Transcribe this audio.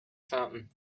fountain